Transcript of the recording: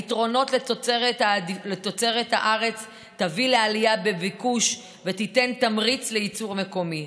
העדפת תוצרת הארץ תביא לעלייה בביקוש ותיתן תמריץ לייצור מקומי.